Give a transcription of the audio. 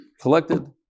collected